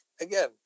again